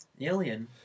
Alien